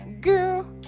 girl